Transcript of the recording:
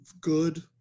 good